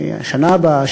השנה הבאה,